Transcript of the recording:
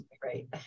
great